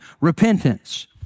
repentance